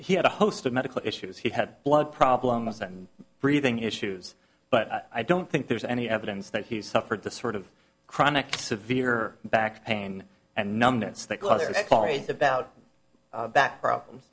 he had a host of medical issues he had blood problems and breathing issues but i don't think there's any evidence that he suffered the sort of chronic severe back pain and numbness that caused about back problems